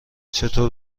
چطور